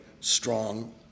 strong